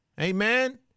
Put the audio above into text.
Amen